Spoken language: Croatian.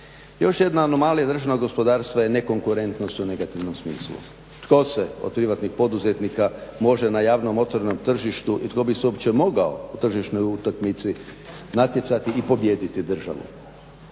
Još jedna anomalija državnog gospodarstva je ne konkurentnost u negativnom smislu. Tko se od privatnih poduzetnika može na javnom otvorenom tržištu i tko bi se uopće mogao u tržišnoj utakmici natjecati i pobijediti državu.